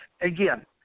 again